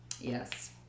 Yes